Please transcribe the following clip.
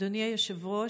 אדוני היושב-ראש,